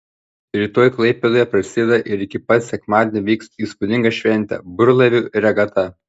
rytoj klaipėdoje prasideda ir iki pat sekmadienio vyks įspūdinga šventė burlaivių regata